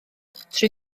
trwy